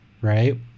right